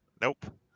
Nope